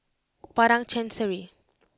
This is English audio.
Padang Chancery